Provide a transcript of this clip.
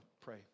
pray